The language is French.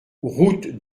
route